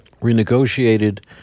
renegotiated